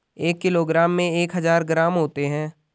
एक किलोग्राम में एक हजार ग्राम होते हैं